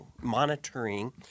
monitoring